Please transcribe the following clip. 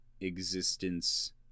existence